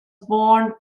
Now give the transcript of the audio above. born